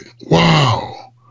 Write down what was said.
Wow